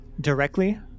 Directly